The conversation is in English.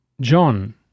John